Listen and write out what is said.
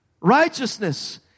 Righteousness